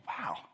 wow